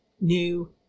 new